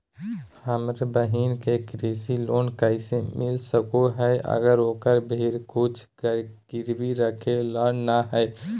हमर बहिन के कृषि लोन कइसे मिल सको हइ, अगर ओकरा भीर कुछ गिरवी रखे ला नै हइ?